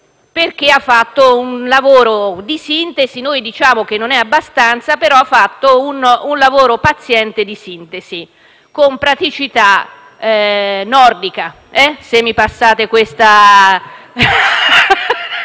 perché ha fatto un lavoro di sintesi: noi diciamo che non è abbastanza, ma riconosciamo che ha fatto un lavoro paziente di sintesi, con praticità nordica, se mi passate questa